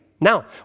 Now